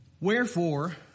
Wherefore